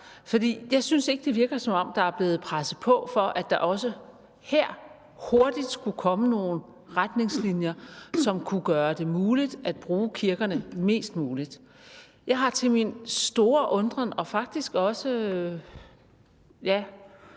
For jeg synes ikke, det virker, som om der er blevet presset på for, at der også her hurtigt skulle komme nogle retningslinjer, som kunne gøre det muligt at bruge kirkerne mest muligt. Jeg har til min store undren – og faktisk også,